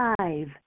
five